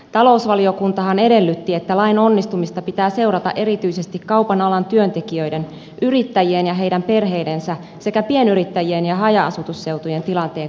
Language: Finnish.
talousvaliokuntahan edellytti että lain onnistumista pitää seurata erityisesti kaupan alan työntekijöiden yrittäjien ja heidän perheidensä sekä pienyrittäjien ja haja asutusseutujen tilanteen kannalta